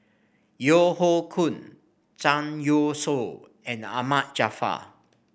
Yeo Hoe Koon Zhang Youshuo and Ahmad Jaafar